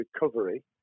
recovery